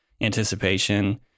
anticipation